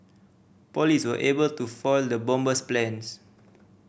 police were able to foil the bomber's plans